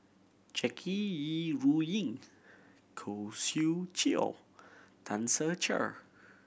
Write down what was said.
Jackie Yi Ru Ying Khoo Swee Chiow Tan Ser Cher